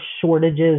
shortages